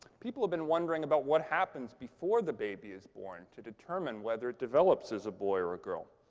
people have been wondering about what happens before the baby is born to determine whether it develops as a boy or a girl.